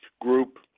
group